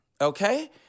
okay